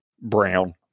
brown